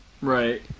Right